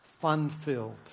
fun-filled